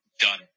Done